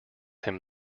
him